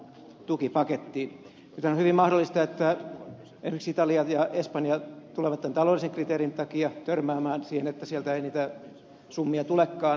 nythän on hyvin mahdollista että tulemme törmäämään siihen että esimerkiksi italiasta ja espanjasta tämän taloudellisen kriteerin takia ei niitä summia tulekaan